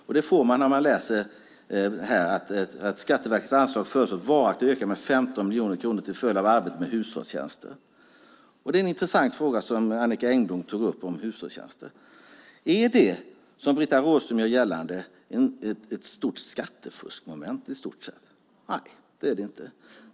Om man läser här ser man att Skatteverkets anslag föreslås att varaktigt öka med 15 miljoner kronor till följd av arbetet med hushållstjänster. Det är en intressant fråga som Annicka Engblom tog upp om hushållstjänster. Är det, som Britta Rådström gör gällande, ett stort skattefuskmoment i stort sett? Nej, det är det inte.